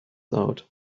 out